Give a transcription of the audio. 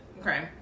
okay